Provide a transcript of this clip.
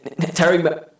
Terry